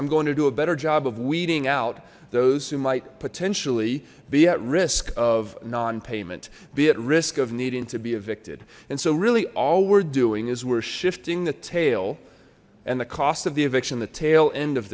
i'm going to do a better job of weeding out those who might potentially be at risk of non payment be at risk of needing to be evicted and so really all we're doing is we're shifting the tail and the cost of the eviction the tail end of